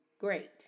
great